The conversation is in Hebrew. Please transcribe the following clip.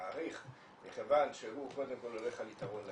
כך אני מעריך, שהוא קודם כל הולך על יתרון הגודל,